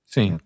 Sim